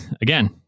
again